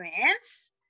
France